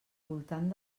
voltant